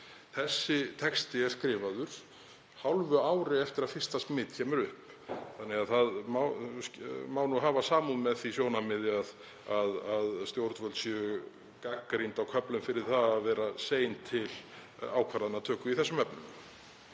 Þessi texti er skrifaður hálfu ári eftir að fyrsta smit kemur upp þannig að það má hafa samúð með því sjónarmiði að stjórnvöld séu gagnrýnd á köflum fyrir að vera sein til ákvörðunartöku í þessum efnum.